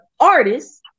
Artists